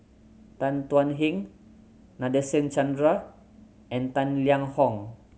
Tan Thuan Heng Nadasen Chandra and Tang Liang Hong